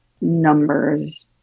numbers